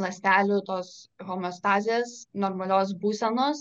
ląstelių tos homeostazės normalios būsenos